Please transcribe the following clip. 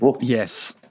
Yes